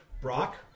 Brock